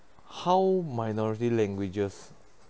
how minority languages